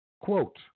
quote